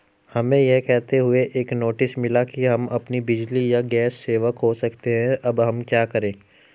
हमें यह कहते हुए एक नोटिस मिला कि हम अपनी बिजली या गैस सेवा खो सकते हैं अब हम क्या करें?